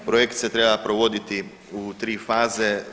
Projekt se treba provoditi u 3 faze.